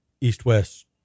East-West